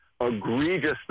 egregious